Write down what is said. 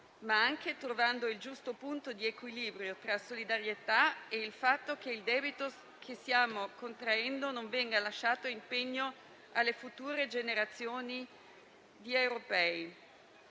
ma anche trovando il giusto punto di equilibrio tra la solidarietà e il fatto che il debito che stiamo contraendo non venga lasciato in pegno alle future generazioni di europei.